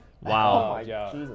wow